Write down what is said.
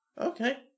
Okay